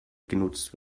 genutzt